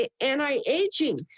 anti-aging